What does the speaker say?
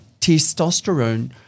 testosterone